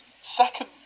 second